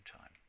time